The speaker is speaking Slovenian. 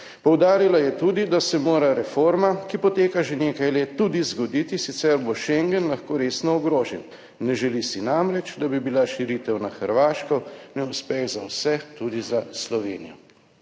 Poudarila je tudi, da se mora reforma, ki poteka že nekaj let, tudi zgoditi, sicer bo Schengen lahko resno ogrožen. Ne želi si namreč, da bi bila širitev na Hrvaško neuspeh za vse, tudi za Slovenijo.